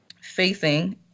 facing